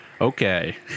Okay